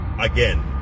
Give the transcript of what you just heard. again